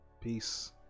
Peace